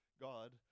God